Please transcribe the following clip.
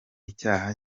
icyaha